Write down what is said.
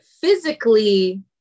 physically